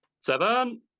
Seven